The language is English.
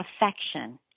affection